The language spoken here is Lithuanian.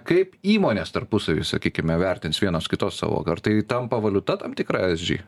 kaip įmonės tarpusavy sakykime vertins vienas kitos savo ar tai tampa valiuta tam tikra esg